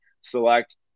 select